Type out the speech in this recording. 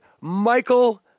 Michael